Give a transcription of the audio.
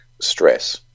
stress